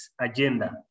agenda